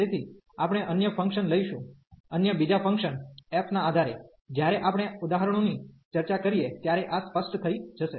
તેથી આપણે અન્ય ફંક્શન લઈશું અન્ય બીજા ફંક્શન f ના આધારે જ્યારે આપણે ઉદાહરણોની ચર્ચા કરીએ ત્યારે આ સ્પષ્ટ થઈ જશે